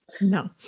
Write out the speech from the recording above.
no